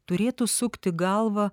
turėtų sukti galvą